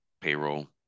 payroll